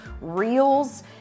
reels